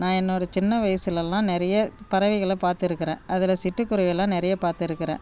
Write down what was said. நான் என்னோடய சின்ன வயசிலெல்லாம் நிறைய பறவைகளை பார்த்துருக்குறேன் அதில் சிட்டுக்குருவியெலாம் நிறைய பார்த்துருக்குறேன்